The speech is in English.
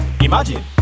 Imagine